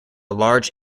large